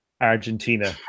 Argentina